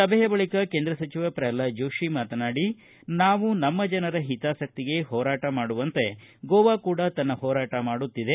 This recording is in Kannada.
ಸಭೆಯ ಬಳಿಕ ಕೇಂದ್ರ ಸಚಿವ ಪ್ರಹ್ನಾದ ಜೋಶಿ ನಾವು ನಮ್ಮ ಜನರ ಹಿತಾಸಕ್ತಿಗೆ ಹೋರಾಟ ಮಾಡುವಂತೆ ಗೋವಾ ಕೂಡ ತನ್ನ ಹೋರಾಟ ಮಾಡುತ್ತಿದೆ